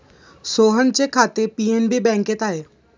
सोहनचे खाते पी.एन.बी बँकेत आहे